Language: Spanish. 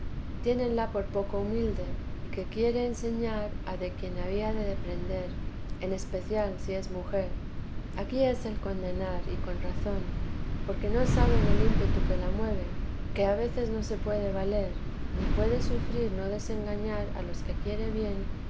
persecuciones tiénenla por poco humilde y que quiere enseñar a de quien había de deprender en especial si es mujer aquí es el condenar y con razón porque no saben el ímpetu que la mueve que a veces no se puede valer ni puede sufrir no desengañar a los que quiere bien